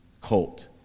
colt